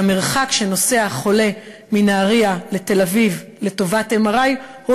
שהמרחק שנוסע החולה מנהריה לתל-אביב לטובת MRI הוא